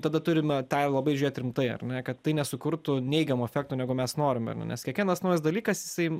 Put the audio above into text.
tada turime tą labai žiūrėt rimtai ar ne kad tai nesukurtų neigiamo efekto negu mes norime nes kiekvienas naujas dalykas isai